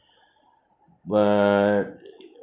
but